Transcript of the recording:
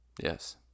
yes